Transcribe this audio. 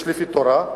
יש לפי התורה,